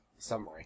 summary